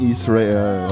Israel